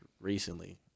recently